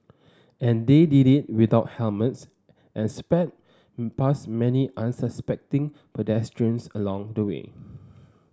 and they did it without helmets and sped past many unsuspecting pedestrians along the way